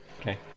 Okay